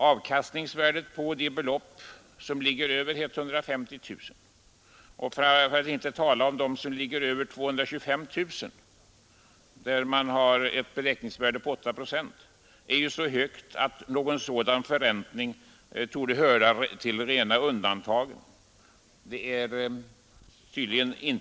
Avkastningsvärdet på de belopp som ligger över 150 000 kronor — för att inte tala om dem som ligger över 225 000 kronor, där beräkningsvärdet är 8 procent — är så högt att en sådan förräntning torde höra till rena undantagen.